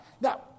now